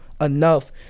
enough